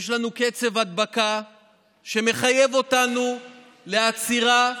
יש לנו קצב הדבקה שמחייב אותנו לעצירה קשה,